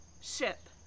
ship